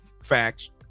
Facts